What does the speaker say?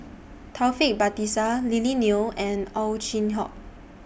Taufik Batisah Lily Neo and Ow Chin Hock